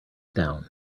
down